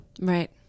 Right